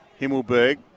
Himmelberg